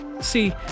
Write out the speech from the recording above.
see